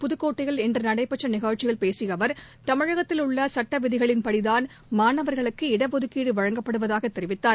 புதகோட்டையில் இன்றுடைபெற்றநிகழ்ச்சியில் பேசியஅவர் தமிழகத்தில் உள்ளசட்டவிதிகளின்படிதான் மாணவர்களுக்கு இடஒதுக்கீடுவழங்கப்படுவதாகதெரிவித்தார்